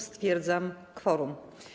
Stwierdzam kworum.